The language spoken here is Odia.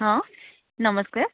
ହଁ ନମସ୍କାର